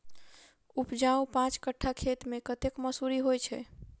उपजाउ पांच कट्ठा खेत मे कतेक मसूरी होइ छै?